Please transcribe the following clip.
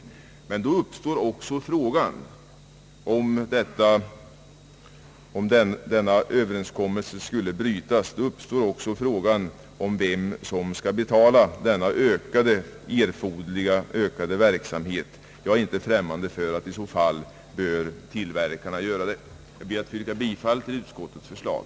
Men då uppstår också frågan, om denna överenskommelse skulle brytas, vem som skall betala denna ökade erforderliga verksamhet. Jag är inte främmande för att i så fall tillverkarna bör göra det. Jag ber att få yrka bifall till utskottets förslag.